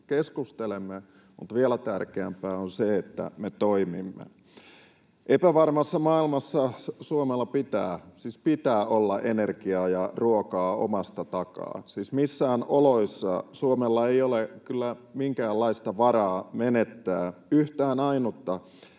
keskustelemme, mutta vielä tärkeämpää on se, että me toimimme. Epävarmassa maailmassa Suomella pitää, siis pitää, olla energiaa ja ruokaa omasta takaa. Missään oloissa Suomella ei ole minkäänlaista varaa menettää yhtä ainutta